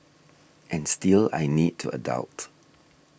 and still I need to adult